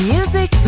Music